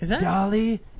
Dolly